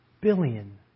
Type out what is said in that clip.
Billion